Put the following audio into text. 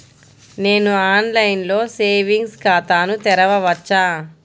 నేను ఆన్లైన్లో సేవింగ్స్ ఖాతాను తెరవవచ్చా?